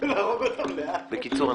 בקיצור,